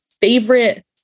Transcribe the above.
favorite